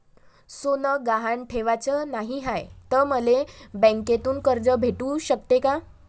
सोनं गहान ठेवाच नाही हाय, त मले बँकेतून कर्ज भेटू शकते का?